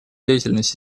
деятельность